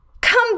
come